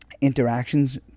interactions